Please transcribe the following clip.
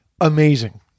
Amazing